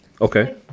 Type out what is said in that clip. okay